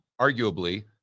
arguably